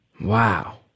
Wow